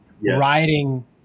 riding